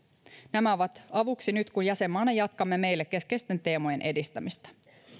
nämä ovat avuksi nyt kun nyt jäsenmaana jatkamme meille keskeisten teemojen edistämistä